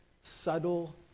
subtle